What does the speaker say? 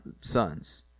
sons